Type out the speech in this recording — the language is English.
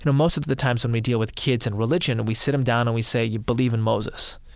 you know most of the times when we deal with kids and religion, and we sit them down and we say, you believe in moses,